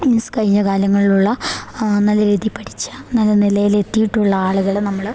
ഈ സ് കഴിഞ്ഞ കാലങ്ങളിലുള്ള നല്ല രീതിയിൽ പഠിച്ച നല്ല നിലയിലെത്തിയിട്ടുള്ള ആളുകൾ നമ്മൾ